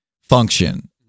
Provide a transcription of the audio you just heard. function